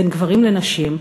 בין גברים לנשים,